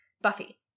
Buffy